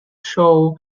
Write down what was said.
show